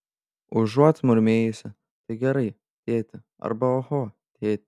užuot murmėjusi tai gerai tėti arba oho tėti